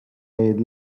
meid